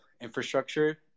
infrastructure